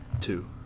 two